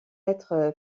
être